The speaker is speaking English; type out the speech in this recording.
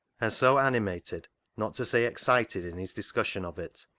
and so animated not to say excited, in his discussion of it,